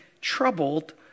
troubled